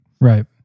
right